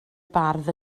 bardd